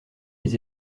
les